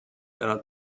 einer